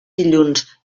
dilluns